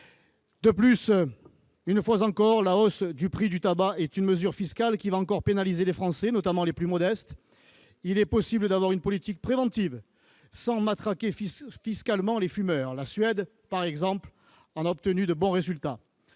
De plus, une fois encore, la hausse du prix du tabac est une mesure fiscale qui va pénaliser les Français et, notamment, les plus modestes d'entre eux. Il est possible d'avoir une politique préventive sans matraquer fiscalement les fumeurs. La Suède, par exemple, a obtenu de bons résultats.